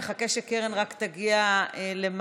נחכה רק שקרן תגיע למעלה.